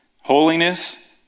holiness